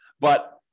But-